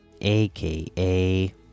aka